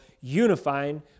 unifying